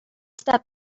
that